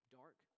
dark